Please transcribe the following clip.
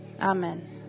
Amen